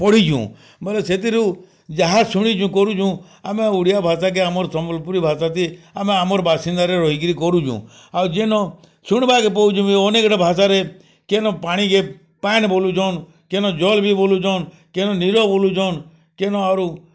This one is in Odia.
ପଢ଼ିଛୁଁ ବଲେ ସେଥିରୁ ଯାହା ଶୁଣିଚୁଁ କରୁଚୁଁ ଆମେ ଓଡ଼ିଆ ଭାଷାକେ ଆମର୍ ସମ୍ବଲ୍ପୁରୀ ଭାଷାତି ଆମେ ଆମର୍ ବାସିନ୍ଦାରେ ରହିକିରି କରୁଚୁଁ ଆଉ ଯେନ ଶୁଣ୍ବାକେ ପାଉଚୁଁ ବି ଅନେକ୍ଟା ଭାଷାରେ କେନ ପାଣିକେ ପାଏନ୍ ବଲୁଛନ୍ କେନ ଜଲ୍ ବି ବଲୁଛନ୍ କେନ ନୀର ବଲୁଛନ୍ କେନ ଆରୁ